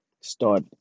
start